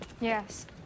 Yes